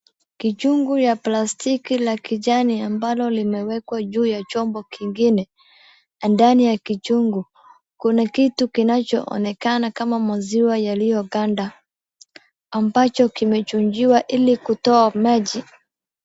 Kichungu ya plastiki la kijani ambalo limeekwa juu ya chombo kingine ndani ya kichungu ,kuna kitu kinacho onekana kama maziwa yalioganda ambacho kimechuchiwa ili kutoa maji.